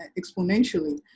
exponentially